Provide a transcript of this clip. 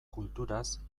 kulturaz